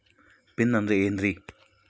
Pin ಅಂದ್ರೆ ಏನ್ರಿ?